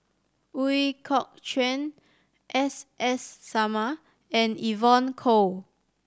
Ooi Kok Chuen S S Sarma and Evon Kow